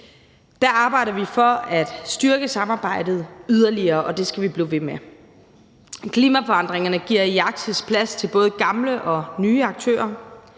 Der arbejder vi for at styrke samarbejdet yderligere, og det skal vi blive ved med. Klimaforandringerne giver i Arktis plads til både gamle og nye aktører.